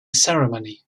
ceremony